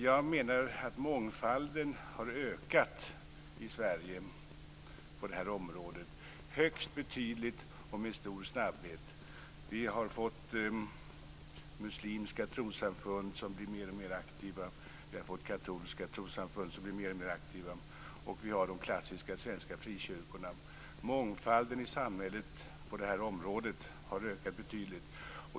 Jag menar att mångfalden har snabbt och betydligt ökat i Sverige på området. Vi har fått mer och mer aktiva muslimska trossamfund, och vi har fått mer och mer aktiva katolska trossamfund. Vi har de klassiska svenska frikyrkorna. Mångfalden i samhället på området har ökat betydligt.